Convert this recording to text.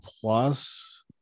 Plus